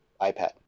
iPad